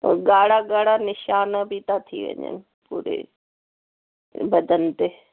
ह ॻाढ़ा ॻाढ़ा निशानु बि था थी वञनि पूरे बदनु ते